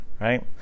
Right